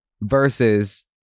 versus